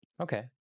Okay